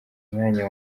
mwanya